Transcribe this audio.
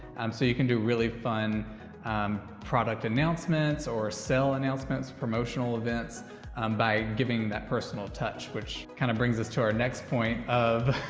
um so you can do really fun um product announcements or sale announcements, promotional events um by giving that personal touch, which kind of brings us to our next point of.